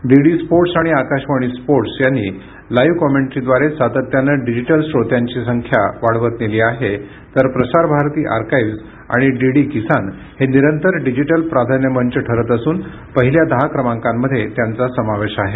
DD sports आणि Akashvani sports यांनी live कॉमेंटरीब्रारे सातत्याने डिजिटल श्रोत्यांची संख्या वाढवत नेली आहे तर प्रसार भारती आर्काईव्ज आणि डीडी किसान हे निरंतर डिजिटल प्राधान्य मंच ठरत असून पहिल्या दहा क्रमांकामध्ये त्यांचा समावेश आहे